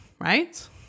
right